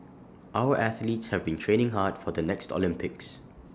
our athletes have been training hard for the next Olympics